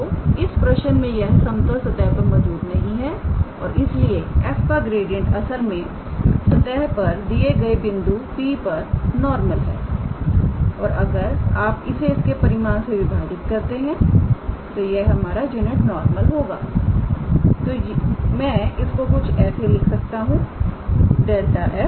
तो इस प्रश्न में यह समतल सतह पर मौजूद नहीं है और इसलिए f का ग्रेडिएंट असल में सतह पर दिए गए बिंदु P पर नॉर्मल है और अगर आप इसे इसके परिमाण से विभाजित करते हैं तो यह हमारा यूनिट नॉर्मल होगा तो मैं इसको कुछ ऐसे लिख सकता हूं ∇⃗ 𝑓